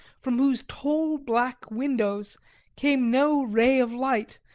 from whose tall black windows came no ray of light,